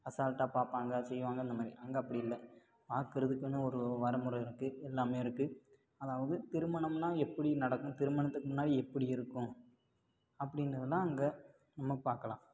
அசால்ட்டாக பார்ப்பாங்க செய்வாங்க இந்த மாதிரி அங்கே அப்படி இல்லை பார்க்குறதுக்குனு ஒரு வரமுறை இருக்குது எல்லாமே இருக்குது அதாவது திருமணம்னால் எப்படி நடக்கும் திருமணத்துக்கு முன்னாடி எப்படி இருக்கும் அப்படின்னுலாம் அங்கே நம்ம பார்க்கலாம்